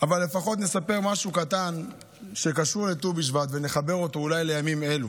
אבל לפחות נספר משהו קטן שקשור לט"ו בשבט ונחבר אותו אולי לימים אלו.